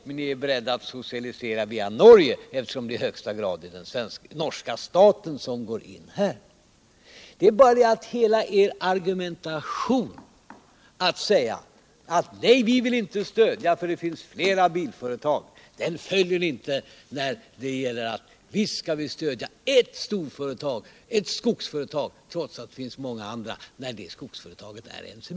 Men ni är tydligen beredda att socialisera hela Norge, eftersom det i högsta grad är den norska staten som går in i det här fallet. Hela er argumentation, som gick ut på att ni inte ville stödja något bilföretag eftersom det finns flera företag, följer ni inte då ni nu vill stödja ett stort skogsföretag trots att det finns många andra, när det skogsföretaget heter NCB.